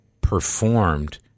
performed